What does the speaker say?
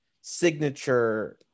signature